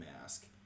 Mask